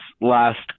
last